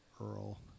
Earl